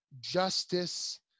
justice